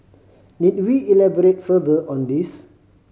need we elaborate further on this